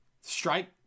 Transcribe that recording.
strike